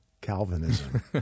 Calvinism